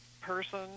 person